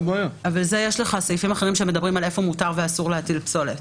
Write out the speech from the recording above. אבל כבר יש לך סעיפים שאומרים איפה מותר ואיפה אסור להטיל פסולת.